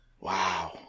Wow